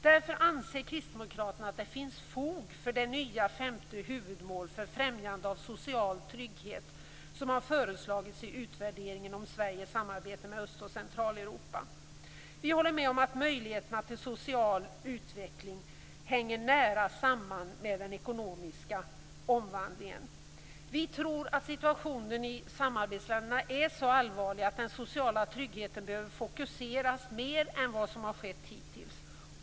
Därför anser Kristdemokraterna att det finns fog för det nya femte huvudmålet för främjande av social trygghet som har föreslagits i utvärderingen om Sveriges samarbete med Öst och Centraleuropa. Vi håller med om att möjligheterna till social utveckling hänger nära samman med den ekonomiska omvandlingen. Vi tror att situationen i samarbetsländerna är så allvarlig att den sociala tryggheten behöver fokuseras mer än vad som har skett hittills.